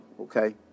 okay